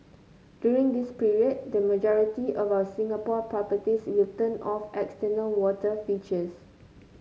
during this period the majority of our Singapore properties will turn off external water features